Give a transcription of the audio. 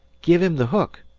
give him the hook,